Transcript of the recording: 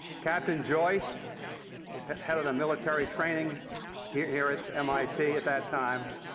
captain joyce was head head of the military training here here at mit at that time,